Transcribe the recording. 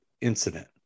incident